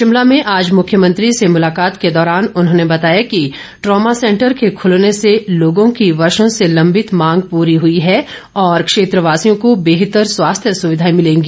शिमला में आज मुख्यमंत्री से मुलाकात के दौरान उन्होंने बताया कि ट्रॉमा सैंटर के खुलने से लोगों की वर्षो से लंबित मांग पूरी हुई है और क्षेत्रवासियों को बेहतर स्वास्थ्य सुविधाएं मिलेंगी